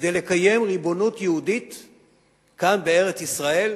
כדי לקיים ריבונות יהודית כאן, בארץ-ישראל,